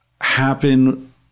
happen